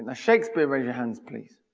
ah shakespeare, raise your hands please.